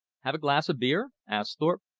have a glass of beer? asked thorpe.